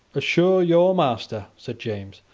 assure your master, said james,